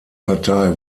partei